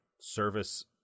service